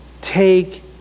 take